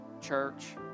church